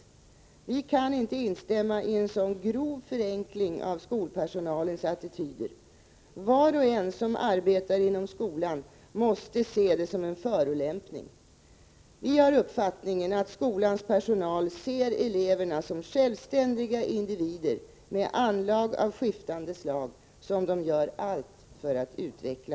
Vi kan inte instämma i en så grov förenkling av skolpersonalens attityder. Var och en som arbetar inom skolan måste se det som en förolämpning. Vi har uppfattningen att skolans personal ser eleverna som självständiga individer med anlag av skiftande slag som de gör allt för att utveckla.